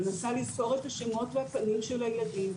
מנסה לזכור את השמות והפנים של הילדים,